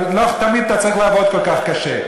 אבל לא תמיד אתה צריך לעבוד כל כך קשה.